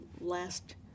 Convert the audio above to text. last